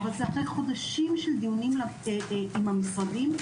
אבל זה אחרי חודשים של דיונים עם המשרדים,